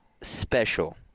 special